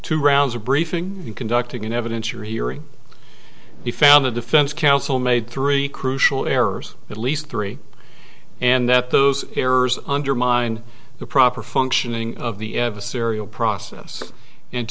two rounds of briefing conducting an evidentiary hearing he found the defense counsel made three crucial errors at least three and that those errors undermine the proper functioning of the ever serial process and